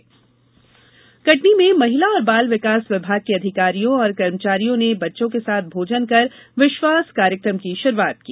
आंगनबाड़ी कटनी में महिला और बाल विकास विभाग के अधिकारियों और कर्मचारियों ने बच्चों के साथ भोजन कर विश्वास कार्यक्रम की शुरूआत की